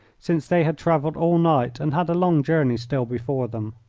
since they had travelled all night and had a long journey still before them.